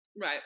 right